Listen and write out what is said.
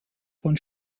von